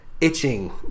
itching